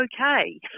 okay